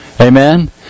Amen